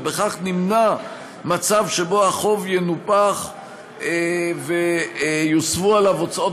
ובכך נמנע מצב שבו החוב ינופח ויוסבו עליו הוצאות